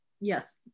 yes